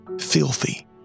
filthy